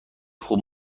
خوب